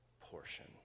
portion